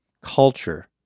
culture